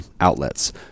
outlets